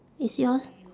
is yours